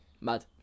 Mad